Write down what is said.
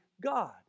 God